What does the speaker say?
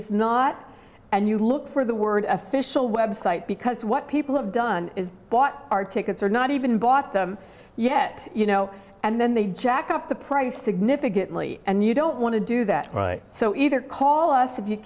is not and you look for the word official website because what people have done is what our tickets are not even bought them yet you know and then they jack up the price significantly and you don't want to do that so either call us if you